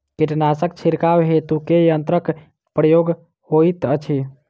कीटनासक छिड़काव हेतु केँ यंत्रक प्रयोग होइत अछि?